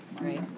Right